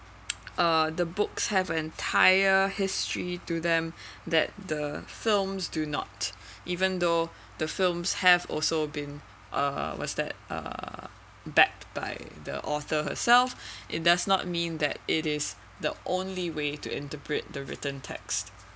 uh the books have entire history to them that the films do not even though the films have also been uh what's that uh backed by the author herself it does not mean that it is the only way to interpret the written text